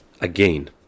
again